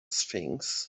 sphinx